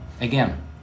again